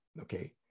okay